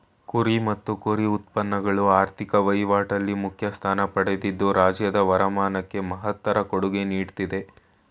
ಕುರಿ ಮತ್ತು ಕುರಿ ಉತ್ಪನ್ನಗಳು ಆರ್ಥಿಕ ವಹಿವಾಟಲ್ಲಿ ಮುಖ್ಯ ಸ್ಥಾನ ಪಡೆದಿದ್ದು ರಾಜ್ಯದ ವರಮಾನಕ್ಕೆ ಮಹತ್ತರ ಕೊಡುಗೆ ನೀಡ್ತಿದೆ